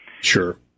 Sure